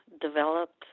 developed